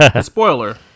Spoiler